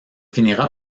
finira